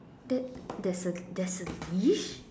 there there's a there's a leash